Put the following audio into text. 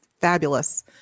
fabulous